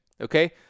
Okay